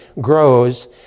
grows